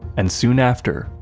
and soon after,